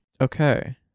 okay